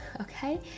okay